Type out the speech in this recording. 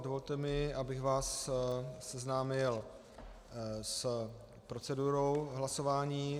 Dovolte mi, abych vás seznámil s procedurou hlasování.